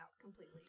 completely